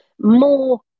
more